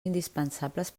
indispensables